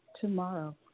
tomorrow